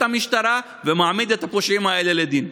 המשטרה ומעמיד את הפושעים האלה לדין.